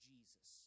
Jesus